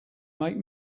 make